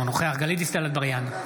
אינו נוכח גלית דיסטל אטבריאן,